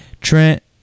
Trent